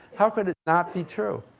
how could it not be true?